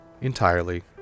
entirely